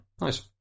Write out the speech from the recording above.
Nice